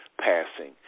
passing